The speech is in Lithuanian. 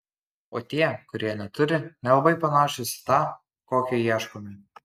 o tie kurie neturi nelabai panašūs į tą kokio ieškome